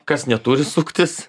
kas neturi suktis